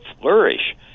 flourish